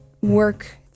work